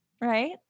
Right